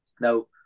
Now